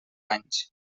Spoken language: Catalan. anys